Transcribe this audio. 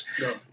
No